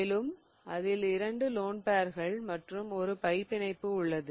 மேலும் அதில் இரண்டு லோன் பேர்கள் மற்றும் ஒரு பை பிணைப்பு உள்ளது